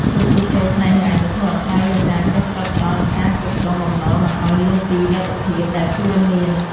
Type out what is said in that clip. ភាពជោគជ័យផ្នែកហិរញ្ញវត្ថុអាស្រ័យលើការចេះស្កប់ស្កល់ និងការគ្រប់គ្រងបំណុលមិនឱ្យលើសពីលទ្ធភាពដែលខ្លួនមាន។